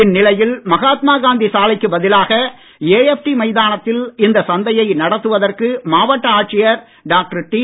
இந்நிலையில் மகாத்மா காந்தி சாலைக்கு பதிலாக ஏஎப்டி மைதானத்தில் இந்த சந்தையை நடத்துவதற்கு மாவட்ட ஆட்சியர் டாக்டர் பி